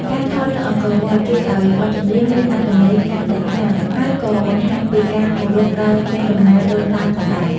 ការថតនៅអង្គរវត្ត ជួយឲ្យបទចម្រៀងមានអត្ថន័យកាន់តែខ្លាំង ហើយក៏បង្ហាញពីការគោរពដល់កេរដំណែលដូនតាផងដែរ។